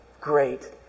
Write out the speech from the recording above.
great